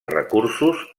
recursos